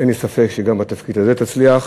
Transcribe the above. אין לי ספק שגם בתפקיד הזה תצליח.